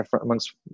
amongst